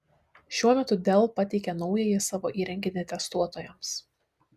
šiuo metu dell pateikė naująjį savo įrenginį testuotojams